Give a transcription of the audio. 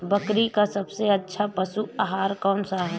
बकरी का सबसे अच्छा पशु आहार कौन सा है?